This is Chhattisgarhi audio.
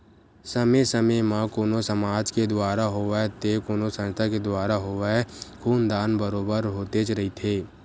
समे समे म कोनो समाज के दुवारा होवय ते कोनो संस्था के दुवारा होवय खून दान बरोबर होतेच रहिथे